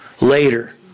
later